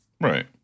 Right